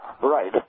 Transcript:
Right